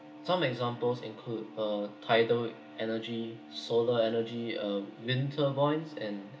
some examples include uh tidal energy solar energy uh winter buoyancy and